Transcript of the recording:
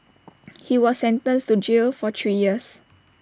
he was sentenced to jail for three years